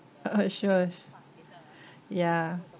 uh sure ya